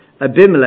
Abimelech